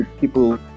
people